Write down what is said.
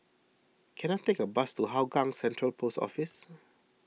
can I take a bus to Hougang Central Post Office